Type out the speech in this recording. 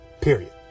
period